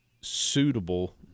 suitable